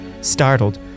Startled